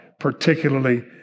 particularly